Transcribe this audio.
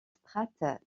strates